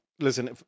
Listen